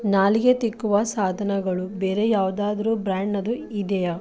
ನಾಲಿಗೆ ತಿಕ್ಕುವ ಸಾಧನಗಳು ಬೇರೆ ಯಾವುದಾದ್ರು ಬ್ರ್ಯಾಂಡ್ನದು ಇದೆಯಾ